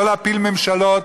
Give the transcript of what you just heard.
לא להפיל ממשלות,